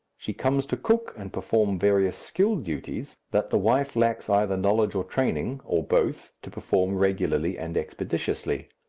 she comes to cook and perform various skilled duties that the wife lacks either knowledge or training, or both, to perform regularly and expeditiously.